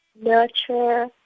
nurture